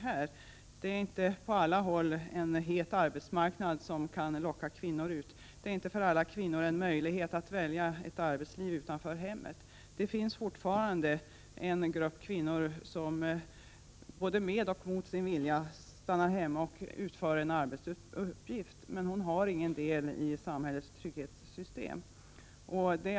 Det råder inte på alla håll en het arbetsmarknad, som kan locka ut kvinnorna. Inte för alla kvinnor är det en möjlighet att välja ett arbetsliv utanför hemmet. Fortfarande finns det en grupp kvinnor som både med och mot sin vilja stannar hemma och utför en arbetsuppgift, men de har ingen del i samhällets trygghetssystem.